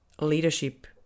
leadership